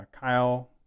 Kyle